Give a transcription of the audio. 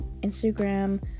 instagram